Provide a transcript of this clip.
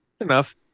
Enough